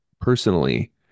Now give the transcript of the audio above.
personally